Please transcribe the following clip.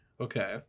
Okay